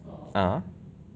(uh huh)